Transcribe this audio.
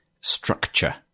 structure